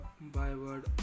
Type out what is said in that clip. byword